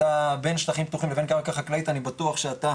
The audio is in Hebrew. אתה בין שטחים פתוחים לקרקע חקלאית אני בטוח שאתה